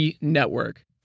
network